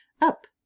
Up